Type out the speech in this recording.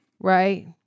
Right